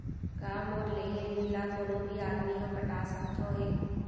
का मोर लेहे ऋण ला कोनो भी आदमी ह पटा सकथव हे?